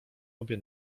obie